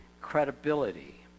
credibility